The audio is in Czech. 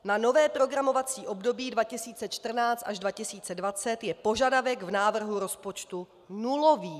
Na nové programovací období 2014 až 2020 je požadavek v návrhu rozpočtu nulový.